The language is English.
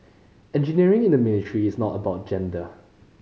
engineering in the military is not about gender